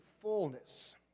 fullness